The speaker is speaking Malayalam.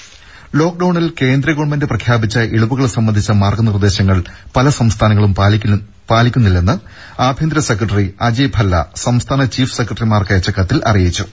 ദദർ ലോക്ഡൌണിൽ കേന്ദ്ര ഗവൺമെന്റ് പ്രഖ്യാപിച്ച ഇളവുകൾ സംബന്ധിച്ച മാർഗ്ഗ നിർദ്ദേശങ്ങൾ പല സംസ്ഥാനങ്ങളും പാലിക്കുന്നില്ലെന്ന് ആഭ്യന്തര സെക്രട്ടറി അജയ് ഭല്ല സംസ്ഥാന ചീഫ് സെക്രട്ടറിമാർക്കയച്ച കത്തിൽ അറിയിച്ചു